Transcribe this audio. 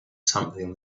something